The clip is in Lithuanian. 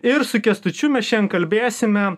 ir su kęstučiu mes šiandien kalbėsime